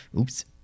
Oops